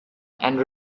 and